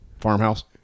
Farmhouse